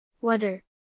Weather